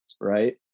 right